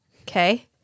Okay